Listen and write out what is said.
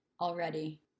already